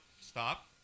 Stop